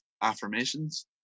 affirmations